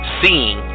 seeing